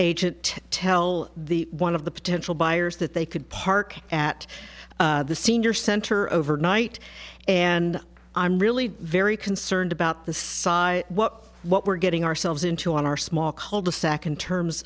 agent tell the one of the potential buyers that they could park at the senior center overnight and i'm really very concerned about the size what what we're getting ourselves into on our small cul de sac in terms